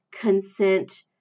consent